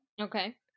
Okay